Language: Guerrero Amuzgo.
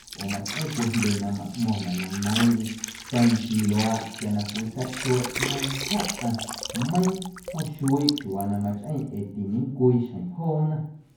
Oo machꞌeⁿ cwii jndye na maꞌmo̱ⁿnaꞌ na neiiⁿꞌeiⁿ sa̱a̱ nchii luaaꞌ quia na cwii catsueꞌ nncjaantyjaⁿꞌaⁿ meiiⁿ jom xuiiꞌ chiuuwa na machꞌeⁿ ee tiñecwii xjeⁿ joona.